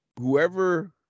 whoever